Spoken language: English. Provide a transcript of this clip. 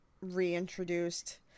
reintroduced